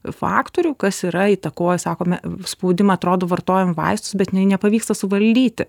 faktorių kas yra įtakoja sakome spaudimą atrodo vartojam vaistus bet nei nepavyksta suvaldyti